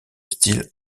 style